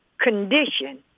condition